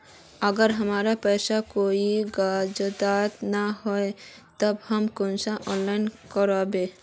अगर हमरा पास कोई कागजात नय है तब हम कुंसम ऑनलाइन करबे?